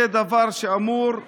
זה דבר שאמור לבייש,